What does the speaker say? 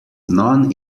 non